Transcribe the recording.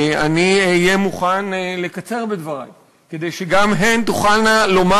אני אהיה מוכן לקצר בדברי כדי שגם הן תוכלנה לומר